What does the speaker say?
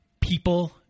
people